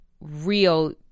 real